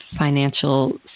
financial